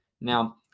now